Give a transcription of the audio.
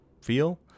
feel